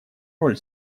роль